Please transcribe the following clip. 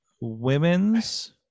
Women's